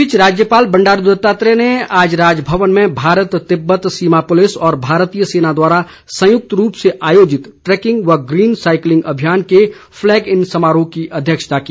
इस बीच राज्यपाल बंडारू दत्तात्रेय ने आज राजभवन में भारत तिब्बत सीमा पुलिस और भारतीय सेना द्वारा संयुक्त रूप से आयोजित ट्रैकिंग व ग्रीन साईकलिंग अभियान के फ्लैग इन समारोह की अध्यक्षता की